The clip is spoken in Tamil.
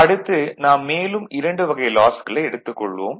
அடுத்து நாம் மேலும் இரண்டு வகை லாஸ்களை எடுத்துக் கொள்வோம்